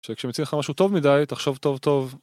כשמציעים לך משהו טוב מדי תחשוב טוב טוב.